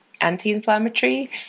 anti-inflammatory